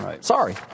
Sorry